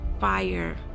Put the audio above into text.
fire